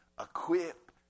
equip